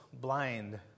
blind